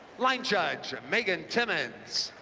line judge megan timmins